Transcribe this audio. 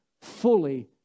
fully